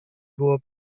było